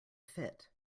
fit